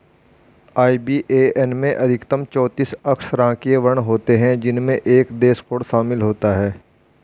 IBAN में अधिकतम चौतीस अक्षरांकीय वर्ण होते हैं जिनमें एक देश कोड शामिल होता है